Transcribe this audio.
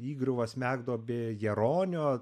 įgriuva smegduobė jaronio